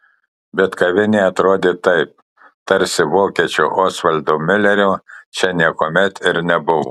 bet kavinė atrodė taip tarsi vokiečio osvaldo miulerio čia niekuomet ir nebuvo